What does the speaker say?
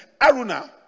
Aruna